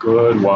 Good